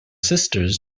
sisters